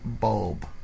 Bulb